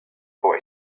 boy